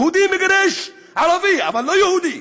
יהודי מגרש ערבי, אבל לא יהודי,